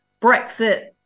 Brexit